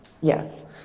Yes